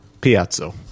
Piazza